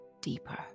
deeper